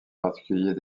particulier